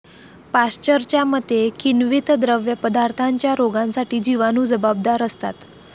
पाश्चरच्या मते, किण्वित द्रवपदार्थांच्या रोगांसाठी जिवाणू जबाबदार असतात